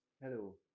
Hello